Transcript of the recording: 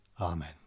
Amen